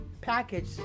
package